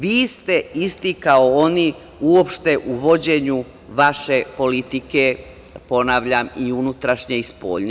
Vi ste isti kao oni uopšte u vođenju vaše politike, ponavljam, i unutrašnje i spoljne.